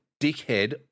dickhead